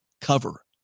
cover